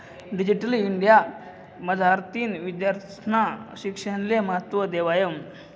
digital India मझारतीन विद्यार्थीस्ना शिक्षणले महत्त्व देवायनं